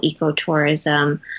ecotourism